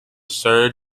sir